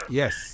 yes